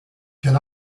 can